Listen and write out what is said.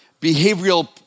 behavioral